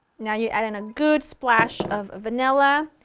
now you add in a good splash of vanilla,